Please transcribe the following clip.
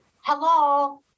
hello